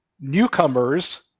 newcomers